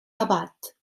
abat